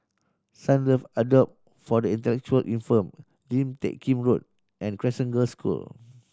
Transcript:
Sunlove Abode for the Intellectually Infirmed Lim Teck Kim Road and Crescent Girls' School